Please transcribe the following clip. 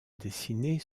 dessinée